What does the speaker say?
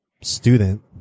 student